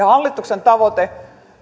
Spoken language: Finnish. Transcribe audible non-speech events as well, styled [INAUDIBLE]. [UNINTELLIGIBLE] hallituksen tavoite